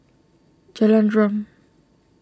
Jalan Derum